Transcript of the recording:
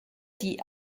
die